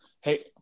Hey